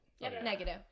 Negative